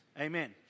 Amen